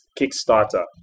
Kickstarter